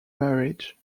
marriage